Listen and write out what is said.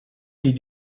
did